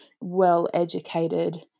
well-educated